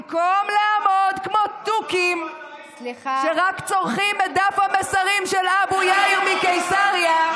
במקום לעמוד כמו תוכים שרק צורחים את דף המסרים של אבו יאיר מקיסריה,